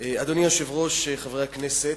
אדוני היושב-ראש, חברי הכנסת,